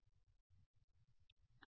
విద్యార్థి ఎవానెసెంట్ తరంగాలు